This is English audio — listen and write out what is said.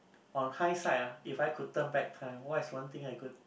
oh high side uh if I could turn back time what is one thing I could